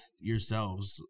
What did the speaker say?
yourselves